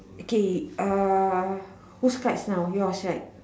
okay uh who's card now yours right